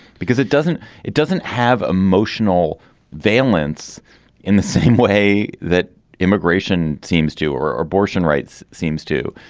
because it doesn't it doesn't have emotional valence in the same way that immigration seems to or or abortion rights seems to